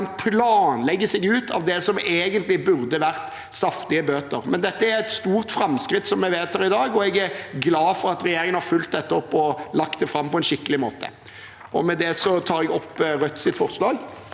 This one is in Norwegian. planlegge seg ut av det som egentlig burde ha vært saftige bøter. Likevel er det et stort framskritt vi vedtar i dag, og jeg er glad for at regjeringen har fulgt dette opp og lagt det fram på en skikkelig måte. Med det tar jeg opp Rødts forslag.